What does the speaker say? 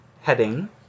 heading